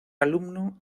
alumno